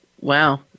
Wow